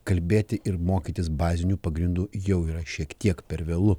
kalbėti ir mokytis bazinių pagrindų jau yra šiek tiek per vėlu